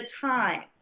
time